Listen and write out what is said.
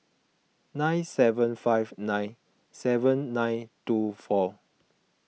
nine seven five nine seven nine two four